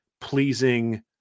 pleasing